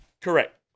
Correct